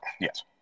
Yes